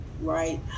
right